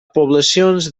poblacions